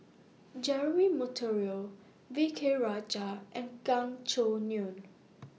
Jeremy Monteiro V K Rajah and Gan Choo Neo